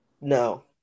No